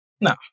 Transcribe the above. No